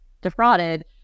defrauded